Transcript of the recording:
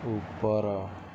ଉପର